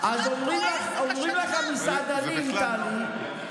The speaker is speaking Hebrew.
זו עבודת פרך, אומרים לך המסעדנים, טלי,